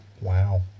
Wow